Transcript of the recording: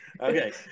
Okay